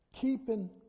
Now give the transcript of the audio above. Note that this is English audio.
keeping